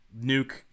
Nuke